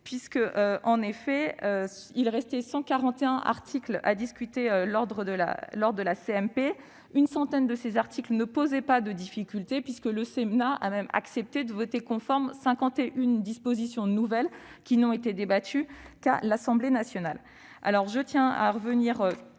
voter. En effet, il restait 141 articles à discuter lors de la CMP. Une centaine de ces articles ne posait pas de difficultés, le Sénat ayant même accepté de voter conforme 51 dispositions nouvelles, qui n'ont été débattues qu'à l'Assemblée nationale.